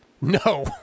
No